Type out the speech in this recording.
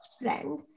friend